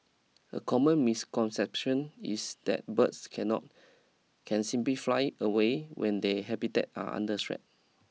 a common misconception is that birds cannot can simply fly away when they habitat are under threat